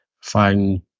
Find